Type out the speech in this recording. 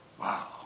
Wow